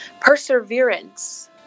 Perseverance